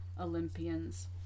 Olympians